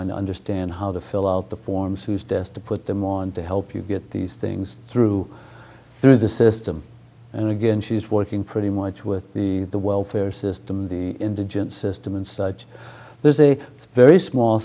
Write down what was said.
i understand how to fill out the forms who's death to put them on to help you get these things through through the system and again she's working pretty much with the the welfare system the indigent system and such there's a very small